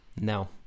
No